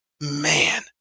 Man